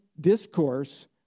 discourse